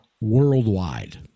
worldwide